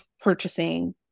purchasing